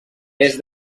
des